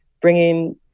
bringing